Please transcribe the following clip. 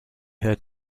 heard